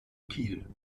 kiel